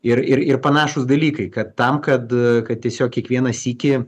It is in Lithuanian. ir ir ir panašūs dalykai kad tam kad kad tiesiog kiekvieną sykį